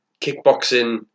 kickboxing